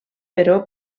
però